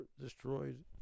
destroyed